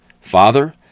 Father